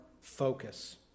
focus